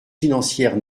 financières